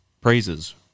praises